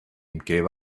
gave